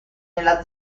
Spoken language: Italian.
nella